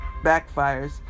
backfires